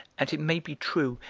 and it may be true,